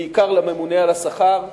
בעיקר לממונה על השכר,